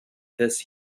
this